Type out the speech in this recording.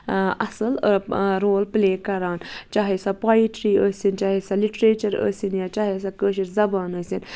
اَصٕل رول پٕلے کران چاہے سۄ پویٹرٛی ٲسِن چاہے سۄ لِٹرٛیچَر ٲسِن یا چاہے سۄ کٲشِر زبان ٲسِن